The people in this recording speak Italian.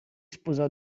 sposò